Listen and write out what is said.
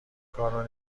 کارو